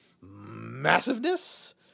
massiveness